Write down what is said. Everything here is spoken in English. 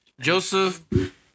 Joseph